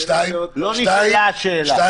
לא נשאלה השאלה.